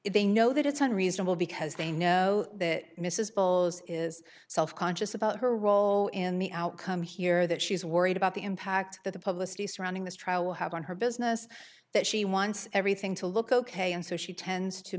if they know that it's unreasonable because they know that mrs bowles is self conscious about her role in the outcome here that she's worried about the impact that the public surrounding this trial will have on her business that she wants everything to look ok and so she tends to